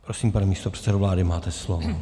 Prosím, pane místopředsedo vlády, máte slovo.